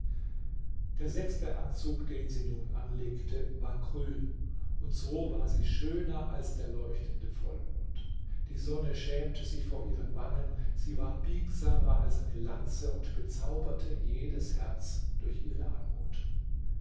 der sechste anzug den sie nun anlegte war grün und so war sie schöner als der leuchtende vollmond die sonne schämte sich vor ihren wangen sie war biegsamer als eine lanze und bezauberte jedes herz durch ihre anmut